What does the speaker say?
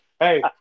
Hey